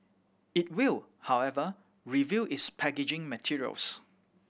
it will however review its packaging materials